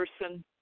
person